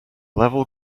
level